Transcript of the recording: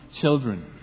children